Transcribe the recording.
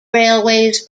railways